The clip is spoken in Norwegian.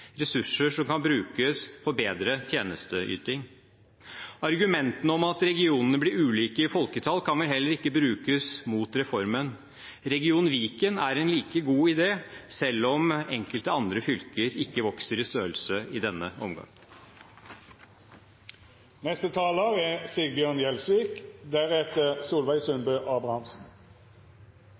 ressurser kan spares på både administrasjon og politikk – ressurser som kan brukes på bedre tjenesteyting. Argumentene om at regionene blir ulike i folketall kan heller ikke brukes mot reformen. Region Viken er en like god idé, selv om enkelte andre fylker ikke vokser i størrelse i denne omgang.